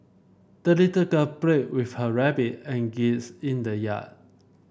the little girl played with her rabbit and geese in the yard